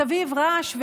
מסביב רעש והמולה,